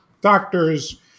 doctors